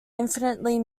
infinitely